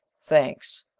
thanks.